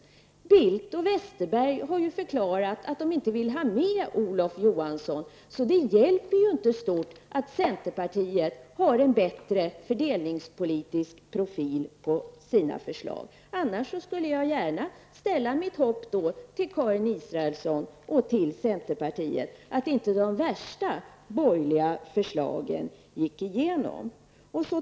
Carl Bildt och Bengt Westerberg har ju förklarat att de inte vill ha med Olof Johansson. Så det hjälper ju inte stort att centerpartiet har en bättre fördelningspolitisk profil på sina förslag. Annars skulle jag gärna ställa mitt hopp till Karin Israelsson och till centerpartiet om att de värsta borgerliga förslagen inte gick igenom.